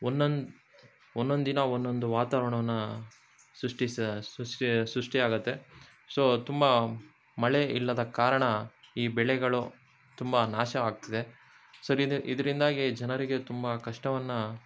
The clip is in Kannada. ಒನ್ನೊಂದು ಒನ್ನೊಂದು ದಿನ ಒನ್ನೊಂದು ವಾತಾವರಣವನ್ನ ಸೃಷ್ಟಿಸ ಸೃಷ್ಟಿ ಸೃಷ್ಟಿಯಾಗತ್ತೆ ಸೊ ತುಂಬ ಮಳೆ ಇಲ್ಲದ ಕಾರಣ ಈ ಬೆಳೆಗಳು ತುಂಬ ನಾಶವಾಗ್ತಿದೆ ಸರಿ ಇದು ಇದರಿಂದಾಗಿ ಜನರಿಗೆ ತುಂಬ ಕಷ್ಟವನ್ನು